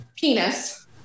penis